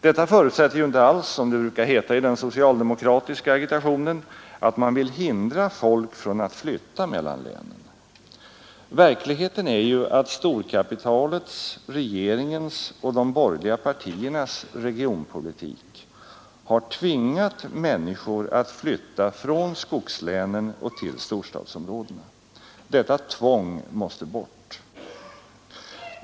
Detta förutsätter ju inte alls, som det brukar heta i den socialdemokratiska agitationen, att man vill hindra folk från att flytta mellan länen. Verkligheten är ju att storkapitalets, regeringens och de borgerliga partiernas regionalpolitik har tvingat människor att flytta från skogslänen till storstadsområdena. Detta tvång måste bort.